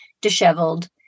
disheveled